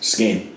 Skin